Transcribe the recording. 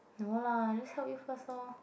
no lah I just help you first lor